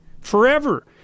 forever